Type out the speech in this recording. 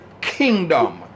kingdom